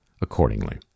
accordingly